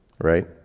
Right